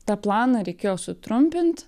tą planą reikėjo sutrumpint